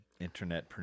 internet